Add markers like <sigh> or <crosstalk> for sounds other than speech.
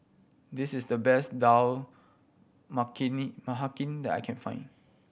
this is the best Dal <unintelligible> Makhani that I can find